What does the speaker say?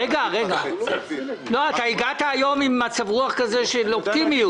רגע, הגעת היום במצב רוח כזה של אופטימיות.